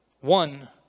one